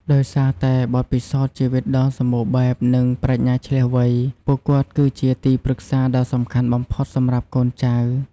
ដោយសារតែ បទពិសោធន៍ជីវិតដ៏សម្បូរបែប និងប្រាជ្ញាឈ្លាសវៃ ពួកគាត់គឺជា ទីប្រឹក្សាដ៏សំខាន់បំផុត សម្រាប់កូនចៅ។